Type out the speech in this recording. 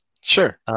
Sure